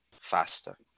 faster